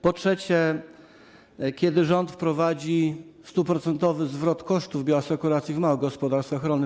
Po trzecie, kiedy rząd wprowadzi 100-procentowy zwrot kosztów bioasekuracji w małych gospodarstwach rolnych?